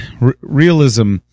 realism